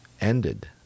ended